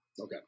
okay